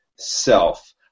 Self